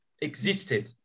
existed